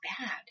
bad